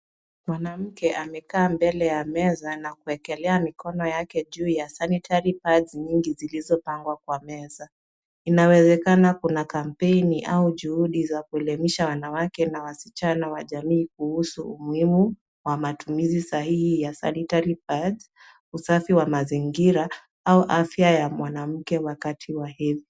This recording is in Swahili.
Mwanamke amekaa mbele ya meza na kuwekelea mikono yake juu ya sanitary pads mingi zilizopangwa kwa meza. Inawezekana kuna kampeni au juhudi za kuelimisha wanawake na wasichana wa jamii, kuhusu umuhimu wa matumizi sahihi ya sanitary pads , usafi wa mazingira au afya ya mwanamke wakati wa hedhi.